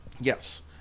Yes